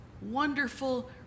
wonderful